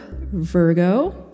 virgo